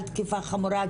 על תקיפה חמורה,